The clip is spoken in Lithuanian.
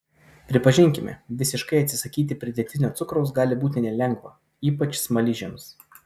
pripažinkime visiškai atsisakyti pridėtinio cukraus gali būti nelengva ypač smaližiams